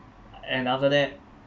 and after that